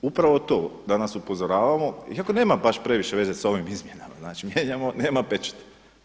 Upravo to danas upozoravamo iako nema baš previše veze sa ovim izmjenama, znači mijenjamo nema pečata.